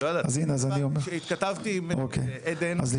לא ידעתי, לא ידעתי.